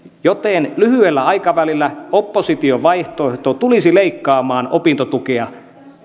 joten lyhyellä aikavälillä opposition vaihtoehto tulisi leikkaamaan opintotukea